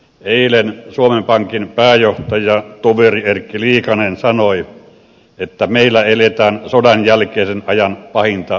eilen suomen pankin pääjohtaja toveri erkki liikanen sanoi että meillä eletään sodan jälkeisen ajan pahinta finanssikriisiä